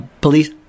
police